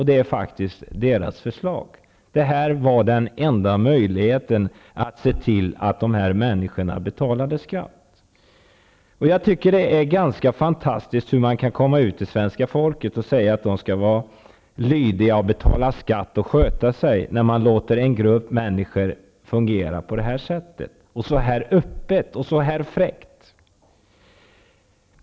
Det är faktiskt deras förslag. Det här var den enda möjligheten att se till att dessa människor betalar skatt. Det är ganska fantastiskt att man kan gå ut till svenska folket och säga att det gäller att vara lydig, betala skatt och sköta sig, när man låter en grupp människor fungera på det här sättet -- så öppet och så fräckt.